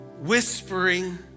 whispering